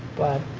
but